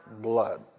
blood